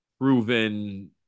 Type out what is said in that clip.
proven